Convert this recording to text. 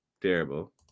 Terrible